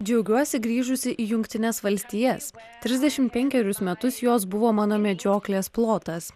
džiaugiuosi grįžusi į jungtines valstijas trisdešimt penkerius metus jos buvo mano medžioklės plotas